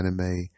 anime